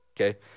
Okay